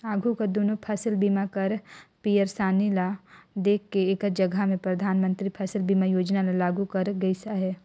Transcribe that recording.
आघु कर दुनो फसिल बीमा कर पइरसानी ल देख के एकर जगहा में परधानमंतरी फसिल बीमा योजना ल लागू करल गइस अहे